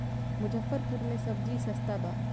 मुजफ्फरपुर में सबजी सस्ता बा